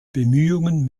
bemühungen